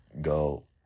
go